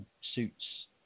suits